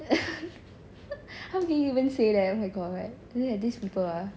how can you even say that oh my god these people ah